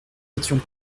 étions